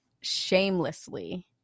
shamelessly